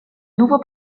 nouveau